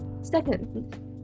Second